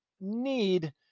need